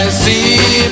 see